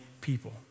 people